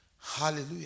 Hallelujah